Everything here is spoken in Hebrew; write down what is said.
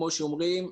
כמו שאומרים,